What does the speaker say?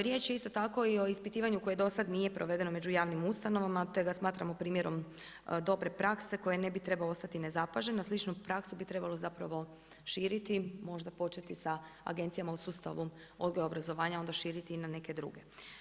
Riječ je isto tako i o ispitivanju koje do sada nije provedeno među javnim ustanova, te ga smatramo primjerom dobre prakse, koje ne bi trebao ostati nezapažen, a sličnu praksu bi trebalo širiti, možda početi sa agencijama u sustavu odgoja i obrazovanja onda širiti i na neke druge.